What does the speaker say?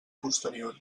posterior